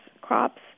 crops